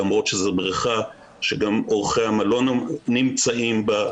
למרות שזאת בריכה שגם אורחי המלון נמצאים בה,